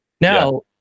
Now